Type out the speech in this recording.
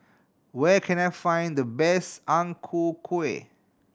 where can I find the best Ang Ku Kueh